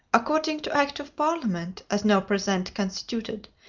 according to act of parliament, as now present constituted,